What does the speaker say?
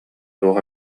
туох